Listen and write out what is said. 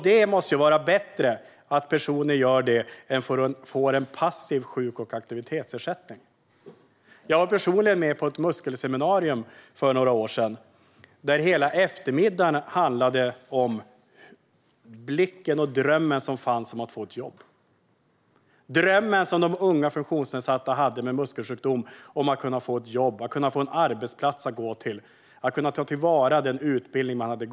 Detta måste ju vara bättre än att dessa personer får en passiv sjuk och aktivitetsersättning. Jag var personligen med på ett muskelseminarium för några år sedan. Där handlade hela eftermiddagen om drömmen om att få ett jobb. De unga funktionsnedsatta med muskelsjukdom hade drömmen om att få ett jobb, en arbetsplats att gå till och att kunna ta till vara den utbildning de hade.